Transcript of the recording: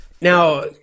Now